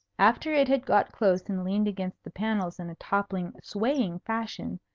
after it had got close and leaned against the panels in a toppling, swaying fashion,